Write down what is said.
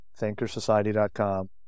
Thinkersociety.com